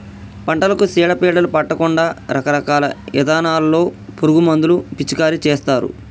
పంటలకు సీడ పీడలు పట్టకుండా రకరకాల ఇథానాల్లో పురుగు మందులు పిచికారీ చేస్తారు